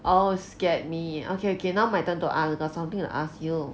oh scared me okay okay now my turn to ask I got something to ask you